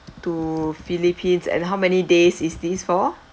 to philippines and how many days is this for